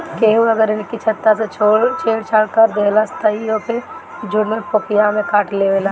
केहू अगर इनकी छत्ता से छेड़ छाड़ कर देहलस त इ ओके झुण्ड में पोकिया में काटलेवेला